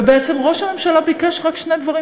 ובעצם ראש הממשלה ביקש רק שני דברים,